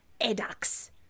edax